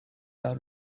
how